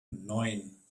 neun